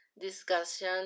discussion